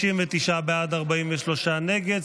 59 בעד, 43 נגד.